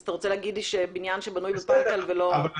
אז על בניין שבנוי בפלקל ולא מטופל?